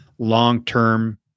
Long-term